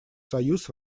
союз